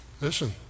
Listen